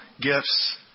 gifts